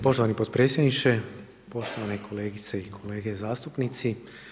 Poštovani potpredsjedniče, poštovane kolegice i kolege zastupnici.